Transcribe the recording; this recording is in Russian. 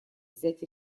взять